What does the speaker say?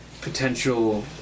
potential